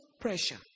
pressure